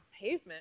pavement